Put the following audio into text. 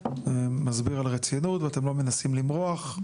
מצביע על רצינות ואתם לא מנסים למרוח,